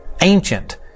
ancient